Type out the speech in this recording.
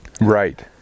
Right